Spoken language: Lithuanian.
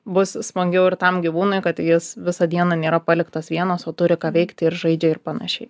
bus smagiau ir tam gyvūnui kad jis visą dieną nėra paliktas vienas o turi ką veikti ir žaidžia ir panašiai